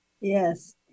Yes